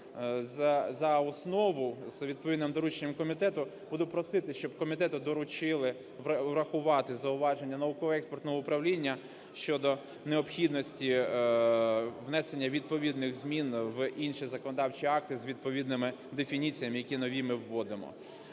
за основу з відповідним дорученням комітету, буду просити, щоб комітету доручили врахувати зауваження науково-експертного управління щодо необхідності внесення відповідних змін в інші законодавчі акти з відповідними дефініціями, які нові ми вводимо.